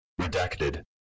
Redacted